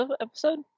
episode